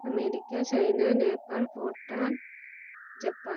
America China Nepal Bhutan Japan